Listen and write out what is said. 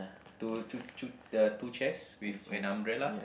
two two the two chairs with an umbrella